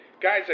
Guys